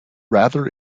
rather